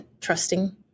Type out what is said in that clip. trusting